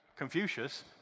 Confucius